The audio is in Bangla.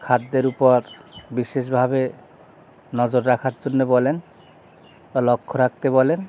খাদ্যের উপর বিশেষভাবে নজর রাখার জন্য বলেন বা লক্ষ্য রাখতে বলেন